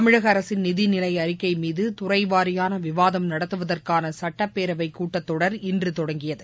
தமிழக அரசின் நிதி நிலை அறிக்கை மீது துறை வாரியான விவாதம் நடத்துவதற்கான சட்டப்பேரவைக் கூட்டத்தொடர் இன்று தொடங்கியது